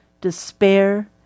despair